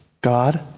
God